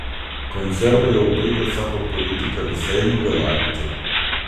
konservai jau baigia savo politika visai nugalabyti